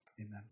Amen